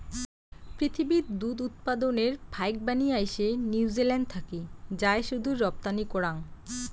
পিথীবির দুধ উৎপাদনের ফাইকবানী আইসে নিউজিল্যান্ড থাকি যায় শুধু রপ্তানি করাং